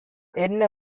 என்ன